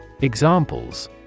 Examples